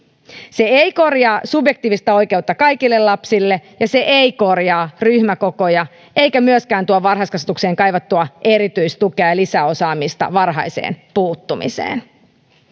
se ei korjaa subjektiivista oikeutta kaikille lapsille se ei korjaa ryhmäkokoja eikä myöskään tuo varhaiskasvatukseen kaivattua erityistukea ja lisäosaamista varhaiseen puuttumiseen